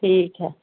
ٹھیک ہے